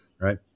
right